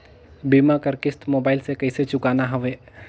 बीमा कर किस्त मोबाइल से कइसे चुकाना हवे